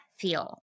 feel